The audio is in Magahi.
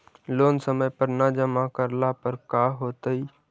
लोन समय पर न जमा करला पर का होतइ?